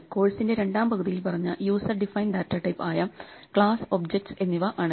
കോഴ്സിന്റെ രണ്ടാം പകുതിയിൽ പറഞ്ഞ യൂസർ ഡിഫൈൻഡ് ഡാറ്റ ടൈപ്പ് ആയ ക്ലാസ് ഒബ്ജെക്ട്സ് എന്നിവ ആണ്